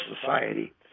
Society